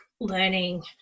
learning